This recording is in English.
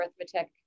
arithmetic